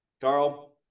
Carl